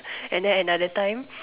and then another time